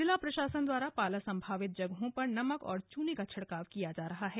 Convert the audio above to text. जिला प्रशासन द्वारा पाला संभावित जगहों पर नमक और चुने का छिड़काव किया जा रहा है